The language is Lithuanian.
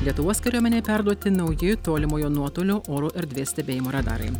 lietuvos kariuomenei perduoti nauji tolimojo nuotolio oro erdvės stebėjimo radarai